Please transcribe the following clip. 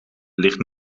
ligt